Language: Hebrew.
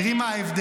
תראי מה ההבדל.